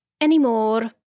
anymore